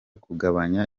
kugabanya